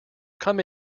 come